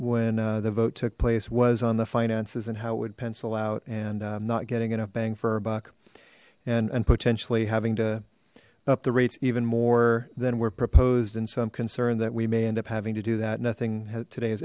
when the vote took place was on the finances and how it would pencil out and i'm not getting enough bang for our buck and potentially having to up the rates even more than were proposed and some concern that we may end up having to do that nothing today